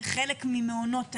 חלק ממעונות היום,